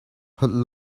holh